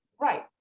right